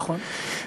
נכון.